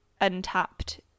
untapped